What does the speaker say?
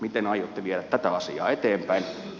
miten aiotte viedä tätä asiaa eteenpäin